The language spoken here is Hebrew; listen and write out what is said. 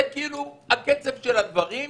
זה הקצב של הדברים,